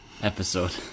episode